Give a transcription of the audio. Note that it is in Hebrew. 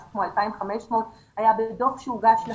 משהו כמו 2,500. דוח שהוגש לכם.